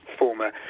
former